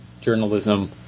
Journalism